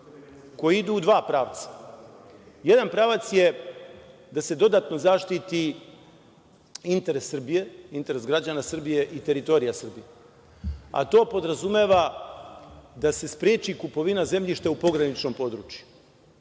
koji idu u dva pravca. Jedan pravac je da se dodatno zaštiti interes Srbije, interes građana Srbije i teritorije Srbije. To podrazumeva da se spreči kupovina zemljišta u pograničnom području. Šta